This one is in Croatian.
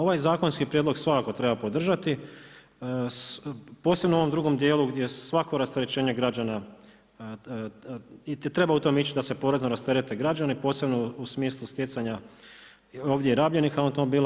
Ovaj zakonski prijedlog svakako treba podržati posebno u onom drugom dijelu gdje svako rasterećenje građana treba u tome ići da se porezno rasterete građani posebno u smislu stjecanja ovdje rabljenih automobila.